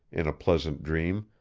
in a pleasant dream,